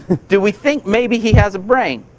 do we think maybe he has a brain?